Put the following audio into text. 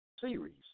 series